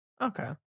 Okay